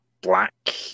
black